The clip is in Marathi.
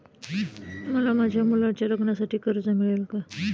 मला माझ्या मुलाच्या लग्नासाठी कर्ज मिळेल का?